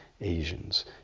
Asians